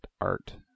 art